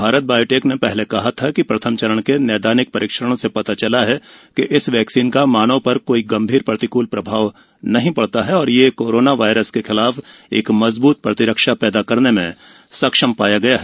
Bharat Biotech ने पहले कहा था कि प्रथम चरण के नैदानिक परीक्षणों से पता चला है कि इस वैक्सीन का मानव पर कोई गंभीर प्रतिक्ल प्रभाव नहीं पड़ता है और यह कोरोना वायरस के खिलाफ एक मजबूत प्रतिरक्षा पैदा करने में सक्षम पाया गया है